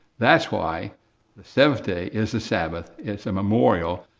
that's why the seventh day is the sabbath. it's a memorial